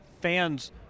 fans –